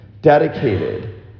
Dedicated